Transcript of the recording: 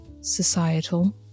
societal